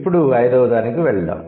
ఇప్పుడు ఐదవదానికి వద్దాం